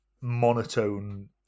monotone